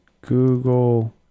Google